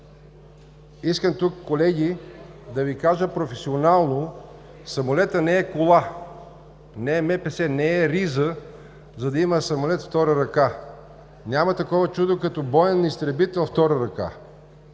искам тук, колеги, да Ви кажа професионално, самолетът не е кола, не е МПС, не е риза, за да има самолет втора ръка. Няма такова чудо като боен изтребител втора ръка.